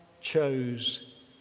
chose